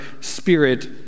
spirit